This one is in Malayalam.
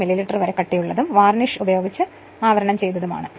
5 മില്ലിമീറ്റർ വരെ കട്ടിയുള്ളതും വാർണിഷ് ഉപയോഗിച്ച് ആവരണം ചെയ്തതുമാണ്